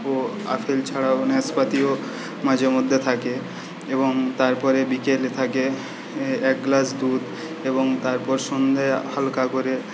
ও apple ছাড়াও ন্যাসপাতিও মাঝেমধ্যে থাকে এবং তারপরে বিকেলে থাকে এক গ্লাস দুধ এবং তারপর সন্ধ্যেয় হালকা করে